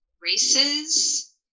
races